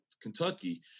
kentucky